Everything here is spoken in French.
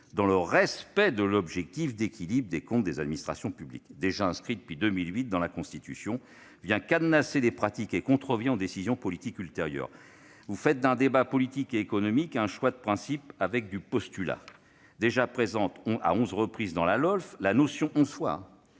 dans le respect de l'objectif d'équilibre des comptes des administrations publiques », objectif inscrit déjà depuis 2008 dans la Constitution, vient cadenasser les pratiques et contrevient aux décisions politiques ultérieures. Vous faites d'un débat politique et économique un choix de principe, fondé sur un postulat. Déjà présente à onze reprises- onze ! -dans la LOLF, la notion d'«